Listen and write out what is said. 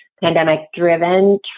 pandemic-driven